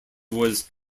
was